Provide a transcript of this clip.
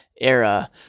era